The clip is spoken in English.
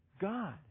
God